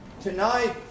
tonight